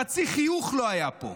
חצי חיוך לא היה פה.